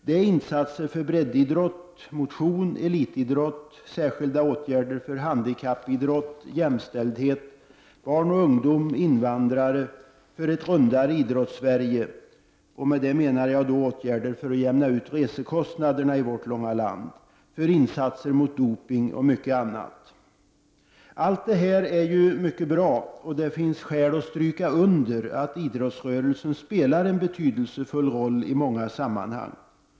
Det är insatser för breddidrott, motion, elitidrott, särskilda åtgärder för handikappidrott, jämställdhet, barn och ungdom, invandrare, för ett ”rundare” Idrottssverige — med detta menar jag åtgärder för att jämna ut resekostnader i vårt långa land — och insatsen mot doping m.m. Allt detta är mycket bra. Det finns skäl att understryka att idrottsrörelsen spelar en betydelsefull roll i många sammanhang.